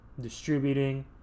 Distributing